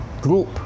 group